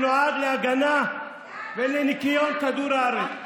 שנועד להגנה על כדור הארץ ולניקיון כדור הארץ.